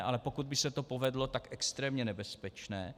Ale pokud by se to povedlo, tak extrémně nebezpečné.